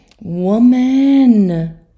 woman